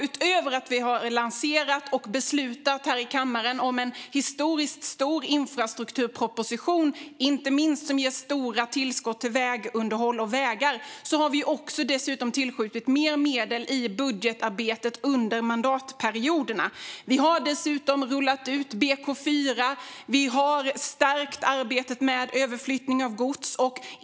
Utöver att vi har lanserat och i kammaren beslutat om en historiskt stor infrastrukturproposition, som inte minst ger stora tillskott till vägunderhåll och vägar, har vi tillskjutit mer medel i budgetarbetet under mandatperioderna. Vi har dessutom rullat ut BK4 och stärkt arbetet med överflyttning av gods.